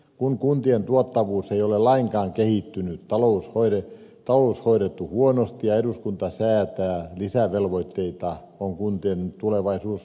kun kuntien tuottavuus ei ole lainkaan kehittynyt talous on hoidettu huonosti ja eduskunta säätää lisävelvoitteita on kuntien tulevaisuus lohduton